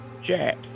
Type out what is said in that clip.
Jack